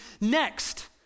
next